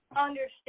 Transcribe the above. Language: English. understand